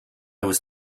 was